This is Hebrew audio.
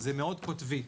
זה מאוד קוטבי,